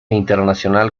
internacional